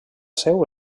seu